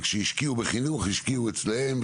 כשהשקיעו בחינוך, השקיעו אצלם.